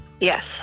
Yes